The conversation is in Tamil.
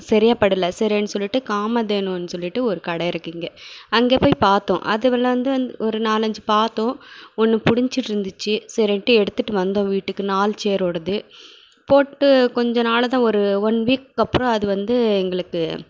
சரியாக படலை சரின்னு சொல்லிவிட்டு காமதேனுன்னு சொல்லிவிட்டு ஒரு கடை இருக்குது இங்கே அங்கே போய் பார்த்தோம் அதில் வந்து ஒரு நாலு அஞ்சு பார்த்தோம் ஒன்று பிடிச்சிருந்துச்சி சரின்ட்டு எடுத்துட்டு வந்தோம் வீட்டுக்கு நாலு சேர் ஓடது போட்டு கொஞ்சம் நாள் தான் ஒரு ஒன் வீக் அப்புறம் அது வந்து எங்களுக்கு